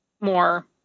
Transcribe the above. more